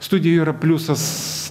studijoj yra pliusas